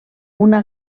una